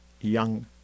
young